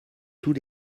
tous